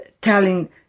telling